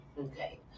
Okay